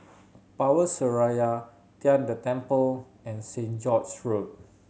Power Seraya Tian De Temple and St George's Road